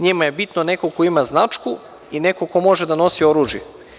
Njima je bitan neko ko ima značku i neko ko može da nosi oružje.